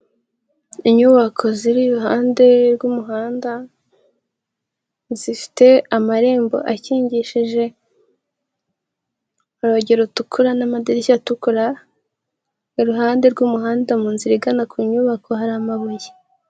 Inyubako ziri iruhande rw'umuhanda, zifite amarembo akingishije urugi rutukura n'amadirishya atukura, iruhande rw'umuhanda mu nzira igana ku nyubako hari amabuye.